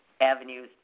avenues